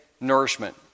nourishment